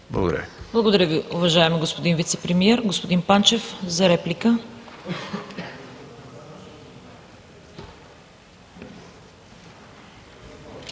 Благодаря Ви, уважаеми господин Вицепремиер! Господин Панчев, за реплика.